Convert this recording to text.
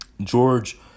George